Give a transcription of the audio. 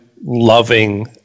loving